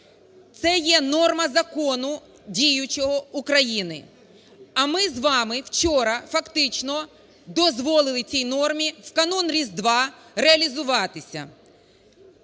це є норма закону діючого України. А ми з вами вчора фактично дозволили цій нормі в канун Різдва реалізуватися.